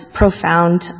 profound